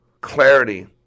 clarity